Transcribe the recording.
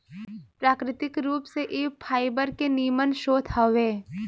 प्राकृतिक रूप से इ फाइबर के निमन स्रोत हवे